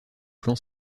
plan